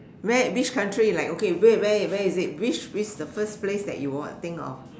where which country like okay where where where is it which which is the first place that you will think of